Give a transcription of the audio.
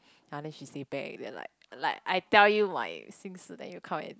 ah then she say back then like like I tell you my then you come and